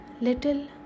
little